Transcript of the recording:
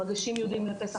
במגשים ייעודיים לפסח,